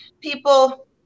people